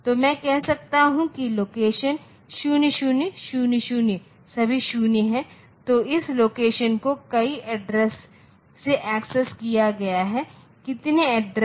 तो मैं कह सकता हूं कि यह लोकेशन 0000 सभी 0 है तो इस लोकेशन को कई एड्रेस से एक्सेस किया गया है कितने एड्रेस